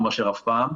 משרד המשפטים